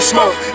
Smoke